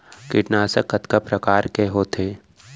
कीटनाशक कतका प्रकार के होथे?